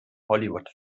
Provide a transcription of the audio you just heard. hollywood